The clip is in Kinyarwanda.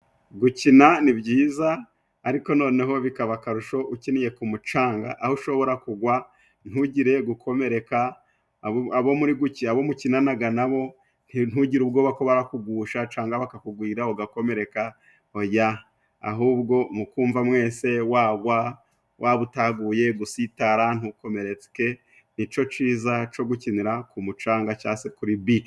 Gukina ni byiza ariko noneho bikaba akarusho ukiniye ku mucanga aho ushobora kugwa ntugire gukomereka la, abo gu abo mukinanaga nabo nti ntugire ubwoba ko barakugusha canga bakakugwira ugakomereka oya, ahubwo mukumva mwese wagwa ,waba utaguye gusitara ntukomereke nico ciza co gukinira ku mucanga cya se kuri bici.